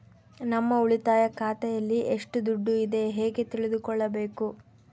ನಮ್ಮ ಉಳಿತಾಯ ಖಾತೆಯಲ್ಲಿ ಎಷ್ಟು ದುಡ್ಡು ಇದೆ ಹೇಗೆ ತಿಳಿದುಕೊಳ್ಳಬೇಕು?